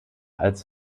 als